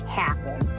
happen